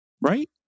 right